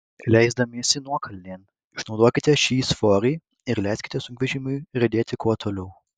leisdamiesi nuokalnėn išnaudokite šį svorį ir leiskite sunkvežimiui riedėti kuo toliau